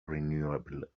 renewable